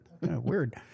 Weird